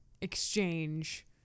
exchange